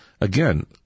again